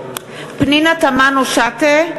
פנינה תמנו-שטה.